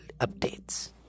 updates